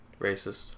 Racist